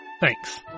Thanks